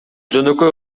жөнөкөй